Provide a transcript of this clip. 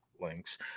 links